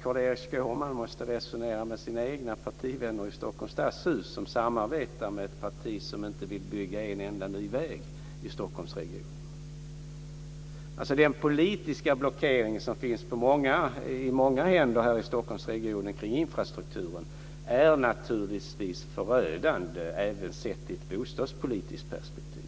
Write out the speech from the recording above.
Carl-Erik Skårman måste resonera med sina egna partivänner i Stockholms stadshus, som samarbetar med ett parti som inte vill bygga en enda ny väg i Stockholmsregionen. Den politiska blockering som finns på många håll i Stockholmsregionen kring infrastrukturen är naturligtvis förödande även sett i ett bostadspolitiskt perspektiv.